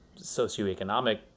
socioeconomic